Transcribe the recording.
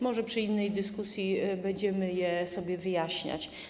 Może przy innej dyskusji będziemy je sobie wyjaśniać.